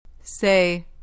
Say